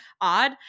odd